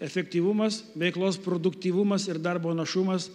efektyvumas veiklos produktyvumas ir darbo našumas